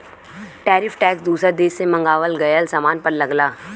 tariff tax दूसर देश से मंगावल गयल सामान पर लगला